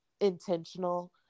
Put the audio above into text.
intentional